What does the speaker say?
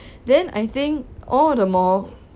then I think all the more